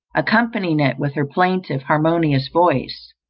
accompanying it with her plaintive, harmonious voice.